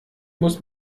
muss